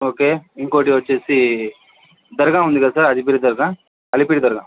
okay ఇంకోటి వచ్చేసి దర్గా ఉంది కదా సార్ అలిపిరి దర్గా అలిపిరి దర్గా